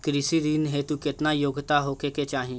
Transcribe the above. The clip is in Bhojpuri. कृषि ऋण हेतू केतना योग्यता होखे के चाहीं?